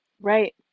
Right